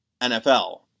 NFL